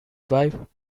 wife